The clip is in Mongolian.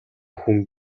хүн